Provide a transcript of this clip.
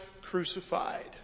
crucified